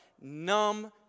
Numb